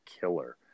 killer